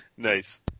Nice